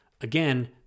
Again